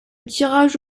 tirage